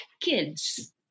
kids